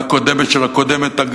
מהקודמת של הקודמת,